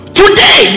today